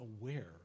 aware